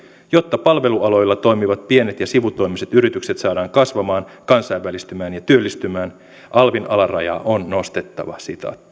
jotta palvelualoilla toimivat pienet ja sivutoimiset yritykset saadaan kasvamaan kansainvälistymään ja työllistämään alvin alarajaa on nostettava